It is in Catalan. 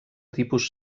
tipus